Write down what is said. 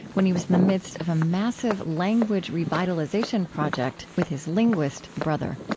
when he was in the midst of a massive language revitalization project with his linguist brother